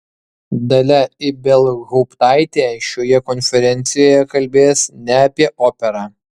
dalia ibelhauptaitė šioje konferencijoje kalbės ne apie operą